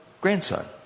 grandson